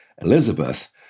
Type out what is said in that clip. Elizabeth